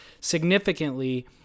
significantly